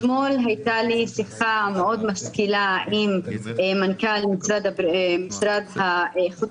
אתמול הייתה לי שיחה מאוד משכילה עם מנכ"ל המשרד לאיכות